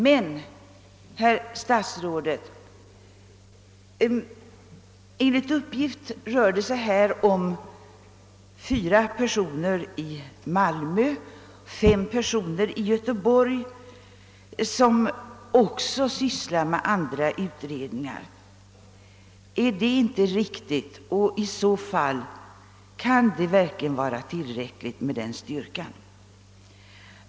Men, herr statsråd, enligt uppgift rör det sig om fyra personer i Malmö och fem i Göteborg, som också sysslar med andra utredningar. är den uppgiften riktig och kan det i så fall verkligen vara tillräckligt med den styrkan?